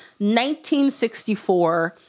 1964